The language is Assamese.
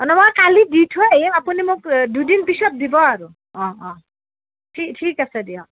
নহয় কালি দি থৈ আহিম আপুনি মোক দুদিন পিছত দিব আৰু অঁ অঁ ঠি ঠিক আছে দিয়ক